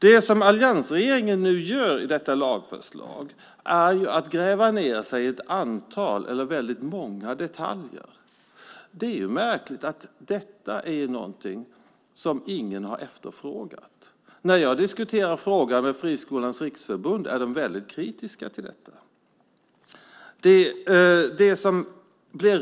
Det som alliansregeringen nu gör i och med detta lagförslag är att gräva ned sig i väldigt många detaljer. Det märkliga är att detta är någonting som ingen har efterfrågat. När jag diskuterar frågan med Friskolornas riksförbund är de väldigt kritiska till detta.